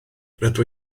rydw